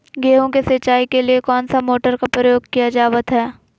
गेहूं के सिंचाई के लिए कौन सा मोटर का प्रयोग किया जावत है?